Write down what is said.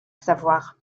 savoir